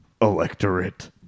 electorate